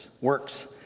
works